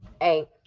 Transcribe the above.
eight